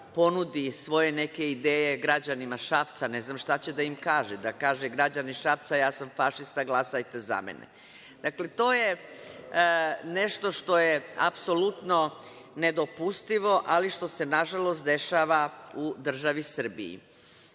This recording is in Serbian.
ponudi svoje neke ideje građanima Šapca, ne znam šta će da im kaže, da kaže – građani Šapca, ja sam fašista, glasajte za mene. Dakle, to je nešto što je apsolutno nedopustivo, ali što se nažalost dešava u državi Srbiji. Mi